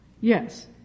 Yes